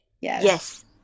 Yes